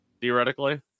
Theoretically